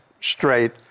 straight